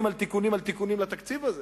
על תיקונים על תיקונים לתקציב הזה.